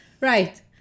Right